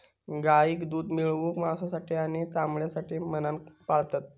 गाईक दूध मिळवूक, मांसासाठी आणि चामड्यासाठी म्हणान पाळतत